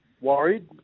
worried